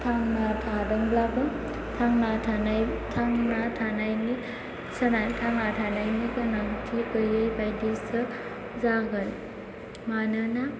थादोंब्लाबो थांना थानायनि गोनांथि गोयैबायदिसो जागोन मानोना